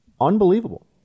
unbelievable